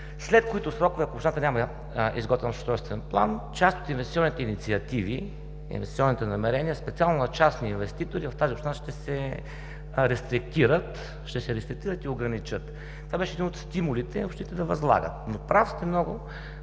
След тези срокове, ако общината няма изготвен устройствен план, част от инвестиционните инициативи, инвестиционните намерения и специално на частните инвеститори в тази община ще се рестриктират и ще се ограничат. Това беше един от стимулите общините да възлагат. Много